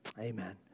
Amen